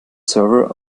server